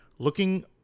Looking